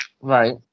Right